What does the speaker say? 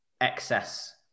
excess